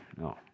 No